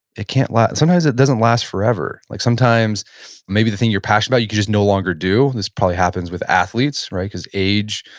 it can't last, sometimes it doesn't last forever. like sometimes maybe the thing you're passionate you can just no longer do. this probably happens with athletes, right, because age,